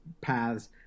paths